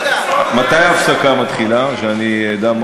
תראה מה